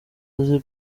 azi